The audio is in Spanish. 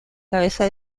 cabeza